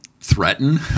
threaten